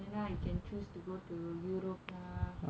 ஏனா:yaenaa I can choose to go to europe lah